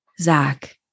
Zach